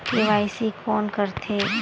KYC कोन करथे?